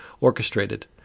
orchestrated